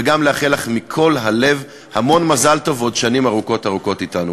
וגם לאחל לך מכל הלב המון מזל טוב ועוד שנים ארוכות ארוכות אתנו.